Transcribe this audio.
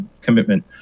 commitment